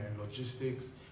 logistics